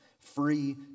Free